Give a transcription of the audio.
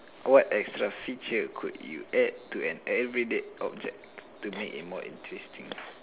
what extra feature could you add to an everyday object to make it more interesting